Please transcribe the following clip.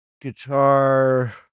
guitar